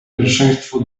pierwszeństwo